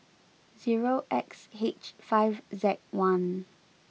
zero X H five Z one